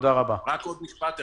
רק עוד משפט אחד.